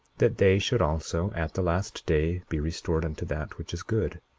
that they should also, at the last day, be restored unto that which is good.